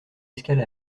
escale